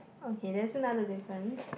okay that's another difference